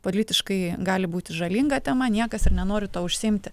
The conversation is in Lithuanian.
politiškai gali būti žalinga tema niekas ir nenori tuo užsiimti